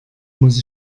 muss